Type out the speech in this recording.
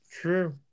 True